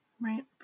right